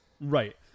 Right